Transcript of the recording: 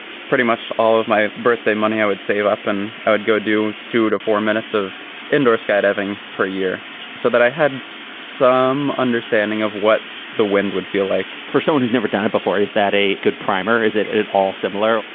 pretty much all of my birthday money, i would save up and i would go do two to four minutes of indoor skydiving per year so that i had some understanding of what the wind would feel like for someone who's never done it before is that a good primer? is it it all similar?